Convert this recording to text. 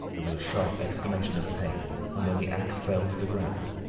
there was a sharp exclamation of pain and then the axe fell to the ground.